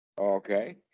Okay